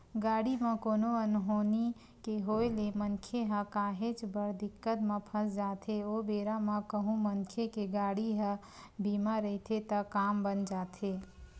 गाड़ी म कोनो अनहोनी के होय ले मनखे ह काहेच बड़ दिक्कत म फस जाथे ओ बेरा म कहूँ मनखे के गाड़ी ह बीमा रहिथे त काम बन जाथे